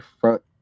front